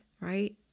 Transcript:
right